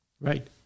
Right